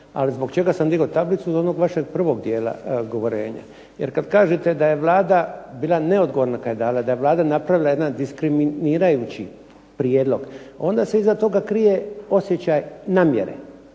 Ali zbog čega sam digao tablicu, zbog onog vašeg prvog dijela govorenja. Jer kad kažete da je Vlada bila neodgovorna kad je dala, da je Vlada napravila jedan diskriminirajući prijedlog, onda se iza toga krije osjećaj namjere,